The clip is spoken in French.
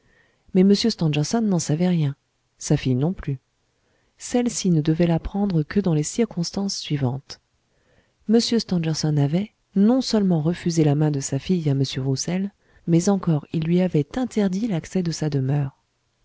m stangerson n'en savait rien sa fille non plus celle-ci ne devait l'apprendre que dans les circonstances suivantes m stangerson avait non seulement refusé la main de sa fille à m roussel mais encore il lui avait interdit l'accès de sa demeure